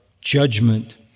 judgment